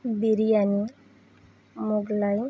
biryani Mughlai